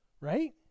Right